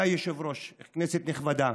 אדוני היו"ר, כנסת נכבדה,